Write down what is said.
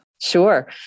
Sure